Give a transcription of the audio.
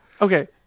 Okay